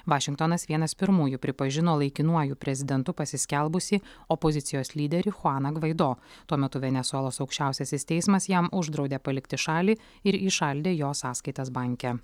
vašingtonas vienas pirmųjų pripažino laikinuoju prezidentu pasiskelbusį opozicijos lyderį chuaną gvaido tuo metu venesuelos aukščiausiasis teismas jam uždraudė palikti šalį ir įšaldė jo sąskaitas banke